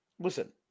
Listen